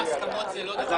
ועדת ההסכמות זה לא דבר חדש.